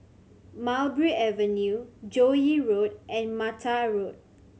Mulberry Avenue Joo Yee Road and Mattar Road